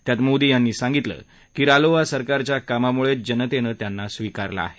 त्यात मोदी यांनी सांगितलं की रालोआ सरकारच्या कामामुळेच जनतेनं त्यांना स्वीकारलं आहे